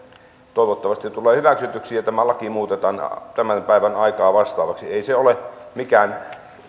toivottavasti tulee hyväksytyksi ja tämä laki muutetaan tämän päivän aikaa vastaavaksi ei se ole mikään